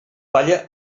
palla